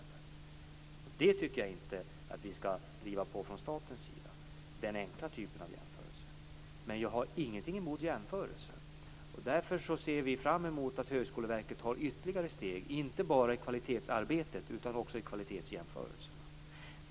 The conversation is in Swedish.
Den typen av enkla typen av jämförelser tycker jag inte att vi skall driva på från statens sida. Men jag har ingenting emot jämförelser. Därför ser vi fram emot att Högskoleverket tar ytterligare steg, inte bara i kvalitetsarbetet utan också i kvalitetsjämförelserna.